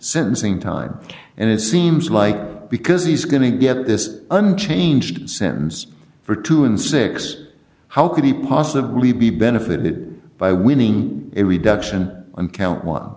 sentencing time and it seems like because he's going to get this unchanged sentence for two and six how could he possibly be benefited by winning every duction and count one